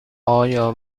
آیا